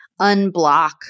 unblock